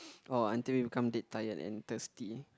orh until you come dead tired and thirsty